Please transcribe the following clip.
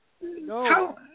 No